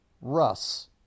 Russ